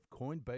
Coinbase